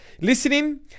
listening